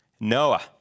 Noah